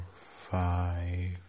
five